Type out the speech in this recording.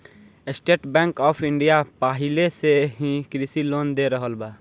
estate Bank of India पाहिले से ही कृषि लोन दे रहल बा